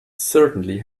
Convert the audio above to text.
certainly